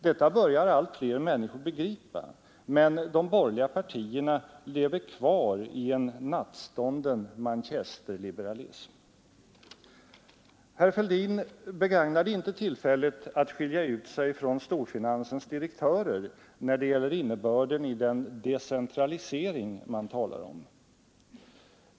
Detta börjar allt fler människor begripa, men de borgerliga partierna lever kvar i en nattstånden manchesterliberalism. Herr Fälldin begagnade inte tillfället att skilja ut sig från storfinansens direktörer när det gäller innebörden i den decentralisering man talar om.